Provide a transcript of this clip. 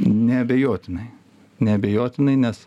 neabejotinai neabejotinai nes